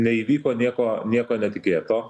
neįvyko nieko nieko netikėto